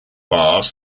bars